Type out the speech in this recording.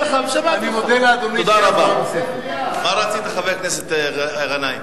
היתה לא מובנת, ויש חלק מחברי הכנסת שלא הצביעו.